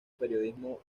periodismo